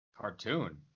Cartoon